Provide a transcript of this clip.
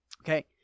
Okay